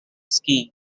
skiing